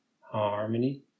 harmony